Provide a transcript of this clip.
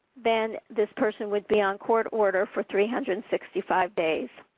then this person would be on court order for three hundred and sixty five days.